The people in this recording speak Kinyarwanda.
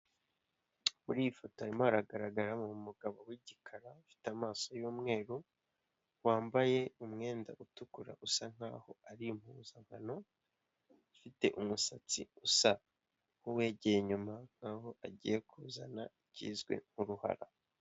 Muri iyi foto harimo haragaragaramo umugabo w'igikara, afite amaso y'umweru, wambaye umwenda utukura usa nk'aho ari impuzankano, ufite umusatsi usa nk'uwegeye inyuma nk'aho agiye kuzana ikizwi nk'uruhara.